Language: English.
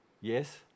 Yes